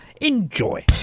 Enjoy